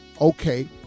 Okay